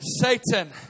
Satan